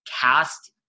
cast